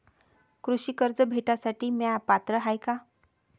कृषी कर्ज भेटासाठी म्या पात्र हाय का?